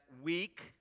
week